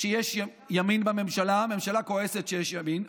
שיש ימין בממשלה, הממשלה כועסת שיש ימין.